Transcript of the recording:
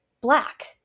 black